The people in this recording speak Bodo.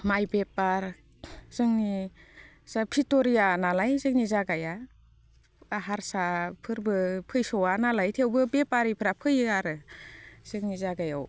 माइ बेफार जोंनि जा भिथ'रिया नालाय जोंनि जायगाया दा हारसाफोरबो फैस'वा नालाय थेवबो बेफारिफ्रा फैयो आरो जोंनि जागायाव